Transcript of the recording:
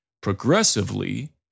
progressively